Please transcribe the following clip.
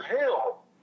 hell